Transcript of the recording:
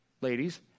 ladies